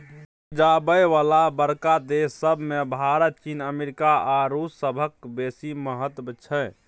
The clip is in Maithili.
अन्न उपजाबय बला बड़का देस सब मे भारत, चीन, अमेरिका आ रूस सभक बेसी महत्व छै